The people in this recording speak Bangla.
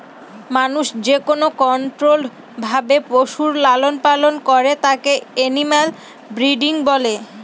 মানুষ যেকোনো কন্ট্রোল্ড ভাবে পশুর লালন পালন করে তাকে এনিম্যাল ব্রিডিং বলে